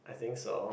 I think so